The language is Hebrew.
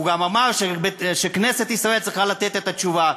והוא גם אמר שכנסת ישראל צריכה לתת את התשובה.